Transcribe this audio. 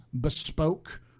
bespoke